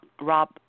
Rob